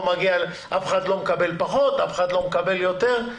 אף אחד לא מקבל פחות, אף אחד לא מקבל יותר.